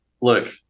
look